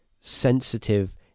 sensitive